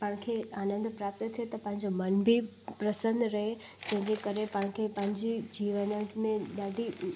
तव्हांखे आनंद प्राप्त थिए त तव्हांजो मन बि प्रसन रहे जंहिंजे करे तव्हांखे पंहिंजी जीवन में ॾाढी